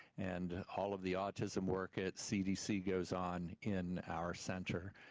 and all of the autism work at cdc goes on in our center.